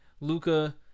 Luca